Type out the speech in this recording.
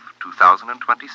2026